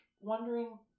wondering